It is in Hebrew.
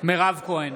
מירב כהן,